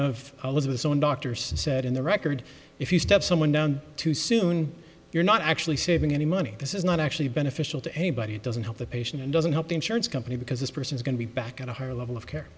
own doctor said in the record if you step someone down too soon you're not actually saving any money this is not actually beneficial to anybody it doesn't help the patient and doesn't help the insurance company because this person's going to be back at a higher level of care